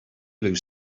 blue